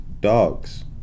dogs